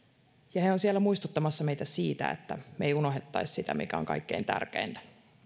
he ovat siellä muistuttamassa meitä siitä että me emme unohtaisi sitä mikä on kaikkein tärkeintä